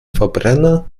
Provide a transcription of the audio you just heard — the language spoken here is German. verbrenner